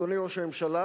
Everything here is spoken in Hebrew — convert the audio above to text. אדוני ראש הממשלה,